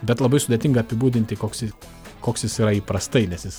bet labai sudėtinga apibūdinti koks ji koks jis yra įprastai nes jis